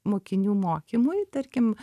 mokinių mokymui tarkim